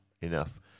enough